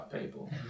people